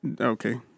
Okay